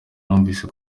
numvise